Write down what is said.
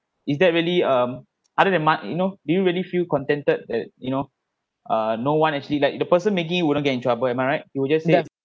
is that really um other than mo~ you know you really feel contented that you know uh no one actually like the person making you wouldn't get in trouble am I right you will just say